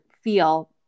feel